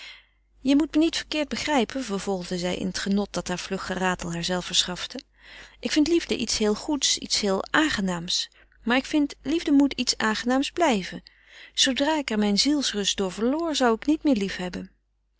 je moet me niet verkeerd begrijpen vervolgde zij in het genot dat haar vlug geratel haarzelve verschafte ik vind liefde moet iets aangenaams blijven zoodra ik er mijn zielsrust door verloor zou ik niet meer